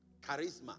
Charisma